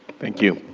thank you.